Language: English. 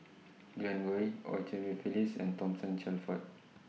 Glen Goei EU Cheng Li Phyllis and Thomason Shelford